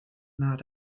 not